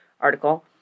article